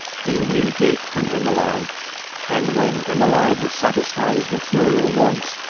he knew dick from emmeline and when emmeline had satisfied his material wants,